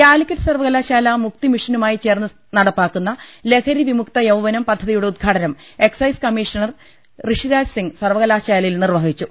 കലിക്കറ്റ് സർവകലാശാല മുക്തിമിഷനുമായി ചേർന്ന് നടപ്പാക്കുന്ന ലഹരിവിമുക്ത യൌവനം പദ്ധതിയുടെ ഉദ്ഘാടനം എക്സൈസ് കമ്മീഷണർ ഋഷിരാജ്സിംഗ് സർവകലാശാലയിൽ നിർവഹിച്ചു